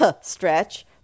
stretch